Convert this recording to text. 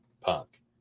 Punk